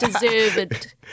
deserved